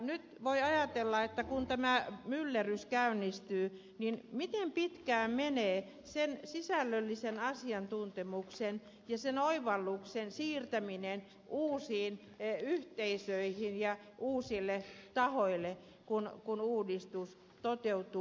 nyt voi ajatella että kun tämä myllerrys käynnistyy miten pitkään menee sen sisällöllisen asiantuntemuksen ja sen oivalluksen siirtämisessä uusiin yhteisöihin ja uusille tahoille kun uudistus toteutuu